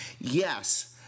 Yes